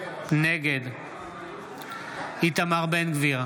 נגד איתמר בן גביר,